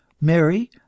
mary